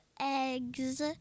eggs